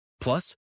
Plus